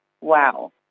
wow